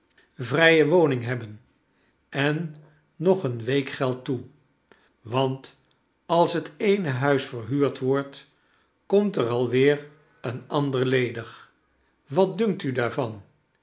vrije woning hebben en nog een weekgeld toe want als het eene huis verhuurd wordt komt er alweer een ander ledig wat dunkt u daarvan